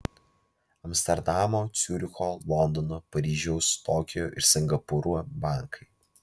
amsterdamo ciuricho londono paryžiaus tokijo ir singapūro bankai